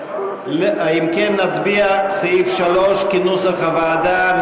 אם כן, נצביע על סעיף 3, כנוסח הוועדה.